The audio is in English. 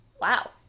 Wow